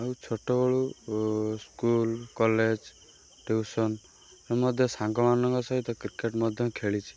ଆଉ ଛୋଟବେଳୁ school college tuition ମୁଁ ମଧ୍ୟ ସାଙ୍ଗମାନଙ୍କ ସହିତ କ୍ରିକେଟ୍ ମଧ୍ୟ ଖେଳିଛି